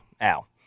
Al